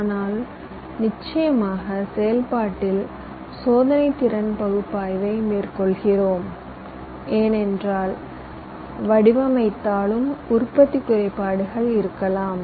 ஆனால் நிச்சயமாக செயல்பாட்டில் சோதனைத்திறன் பகுப்பாய்வையும் மேற்கொள்கிறோம் ஏனென்றால் வடிவமைத்தாலும் உற்பத்தி குறைபாடுகள் இருக்கலாம்